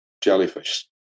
jellyfish